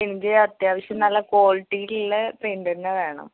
എനിക്ക് അത്യാവശ്യം നല്ല ക്വളിറ്റിയുള്ള പെയിൻ്റെന്നെ വേണം